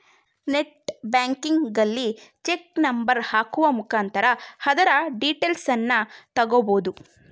net ಬ್ಯಾಂಕಿಂಗಲ್ಲಿ check number ಹಾಕುವ ಮುಖಾಂತರ ಅದರ ಡೀಟೇಲ್ಸನ್ನ ತಗೊಬೋದು